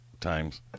Times